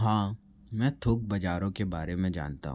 हाँ मैं थोक बाज़ारों के बारे में जानता हूँ